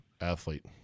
athlete